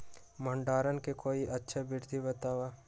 भंडारण के कोई अच्छा विधि बताउ?